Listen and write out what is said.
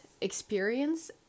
experience